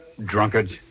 Drunkards